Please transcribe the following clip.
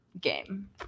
game